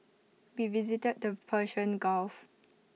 we visited the Persian gulf